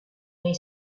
nei